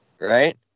right